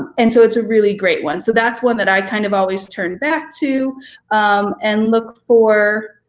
and so it's a really great one. so that's one that i kind of always turn back to um and look for.